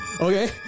okay